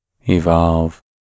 evolve